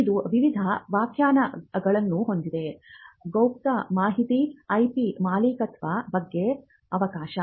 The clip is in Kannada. ಇದು ವಿವಿಧ ವ್ಯಾಖ್ಯಾನಗಳನ್ನು ಹೊಂದಿದೆ ಗೌಪ್ಯ ಮಾಹಿತಿ ಐಪಿ ಮಾಲೀಕತ್ವದ ಬಗ್ಗೆ ಅವಕಾಶ